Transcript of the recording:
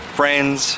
friends